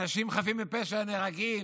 אנשים חפים מפשע נהרגים.